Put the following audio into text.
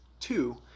Two